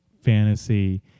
fantasy